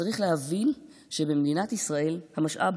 צריך להבין שבמדינת ישראל המשאב